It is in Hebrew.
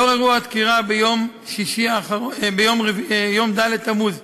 לאור אירוע הדקירה ביום ראשון ד' בתמוז,